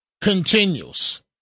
continues